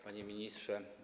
Panie Ministrze!